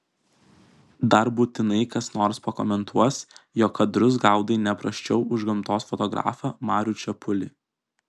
dar būtinai kas nors pakomentuos jog kadrus gaudai ne prasčiau už gamtos fotografą marių čepulį